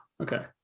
okay